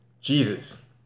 Jesus